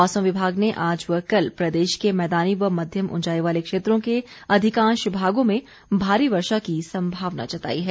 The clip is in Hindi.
मौसम विभाग ने आज व कल प्रदेश के मैदानी व मध्यम ऊंचाई वाले क्षेत्रों के अधिकांश भागों में भारी वर्षा की सम्भावना जताई है